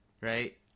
Right